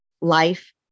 life